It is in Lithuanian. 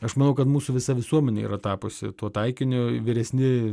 aš manau kad mūsų visa visuomenė yra tapusi tuo taikiniu vyresni